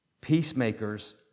peacemakers